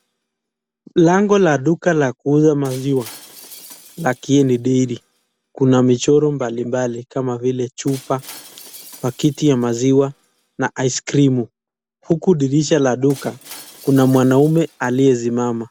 Lango la duka la kuuza maziwa la kihindi dairy kuna michoro mbali mbali kama vile chupa, pakiti ya maziwa na ice cream huku dirisha la duka kuna mwanaume aliyesimama.